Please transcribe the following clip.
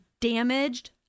damaged